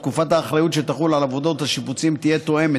תקופת האחריות שתחול על עבודות השיפוצים תהיה תואמת,